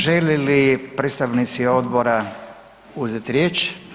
Želi li predstavnici odbora uzeti riječ?